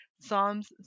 Psalms